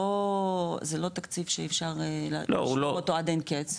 זה לא תקציב שאפשר לשמור אותו עד אין קץ,